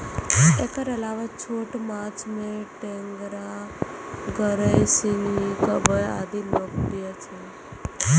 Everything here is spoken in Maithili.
एकर अलावे छोट माछ मे टेंगरा, गड़ई, सिंही, कबई आदि लोकप्रिय छै